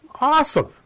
Awesome